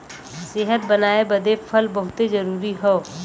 सेहत बनाए बदे फल बहुते जरूरी हौ